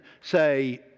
say